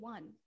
One